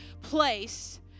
place